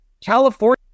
California